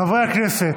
חברי הכנסת,